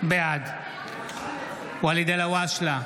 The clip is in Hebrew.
בעד ואליד אלהואשלה,